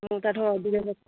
ମୁଁ ତାଠୁ ଅଧିକା